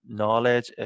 knowledge